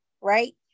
right